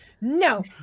no